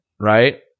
right